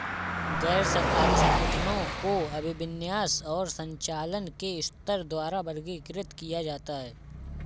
गैर सरकारी संगठनों को अभिविन्यास और संचालन के स्तर द्वारा वर्गीकृत किया जाता है